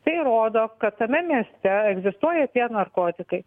tai rodo kad tame mieste egzistuoja tie narkotikai